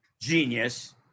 genius